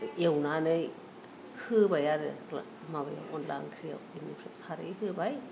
एवनानै होबाय आरो माबायाव अनला ओंख्रियाव ओमफ्राय खारै होबाय